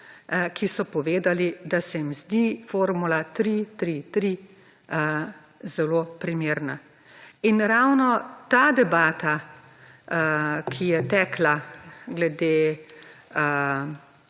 ki so povedali, da se jim zdi formula tri-tri-tri zelo primerna. In ravno ta debata, ki je tekla glede